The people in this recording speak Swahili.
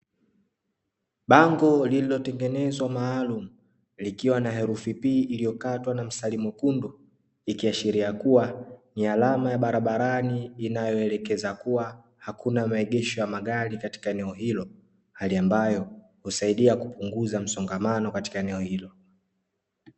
Bango lililotengenezwa maalumu, likiwa na herufi P imekatwa na mstari mwekundu, ikiashiria kuwa ni alama ya barabarani inayoelekeza kuwa hakuna maegesho ya magari katika eneo hilo. Hali ambayo husaidia kupunguza msongamano katika eneo hilo.